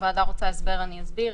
הוועדה רוצה הסבר, אסביר.